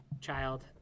child